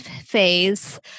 phase